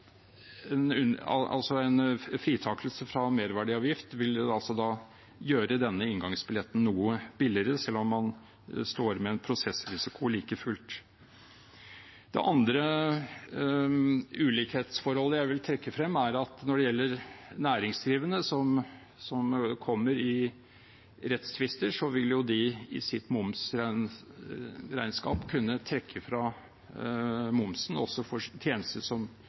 En fritakelse fra merverdiavgift vil da gjøre denne inngangsbilletten noe billigere, selv om man like fullt står med en prosessrisiko. Det andre ulikhetsforholdet jeg vil trekke frem, er at når det gjelder næringsdrivende som kommer i rettstvister, vil de i sitt momsregnskap kunne trekke fra momsen også for tjenester som